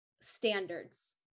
standards